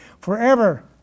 forever